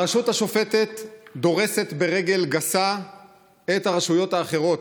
הרשות השופטת דורסת ברגל גסה את הרשויות האחרות.